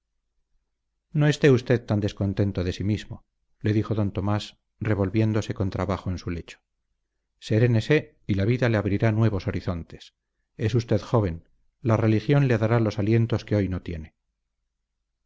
no esté usted tan descontento de sí mismo le dijo d tomás revolviéndose con trabajo en su lecho serénese y la vida le abrirá nuevos horizontes es usted joven la religión le dará los alientos que hoy no tiene